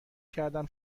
کردم